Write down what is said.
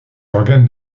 organes